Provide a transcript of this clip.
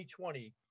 2020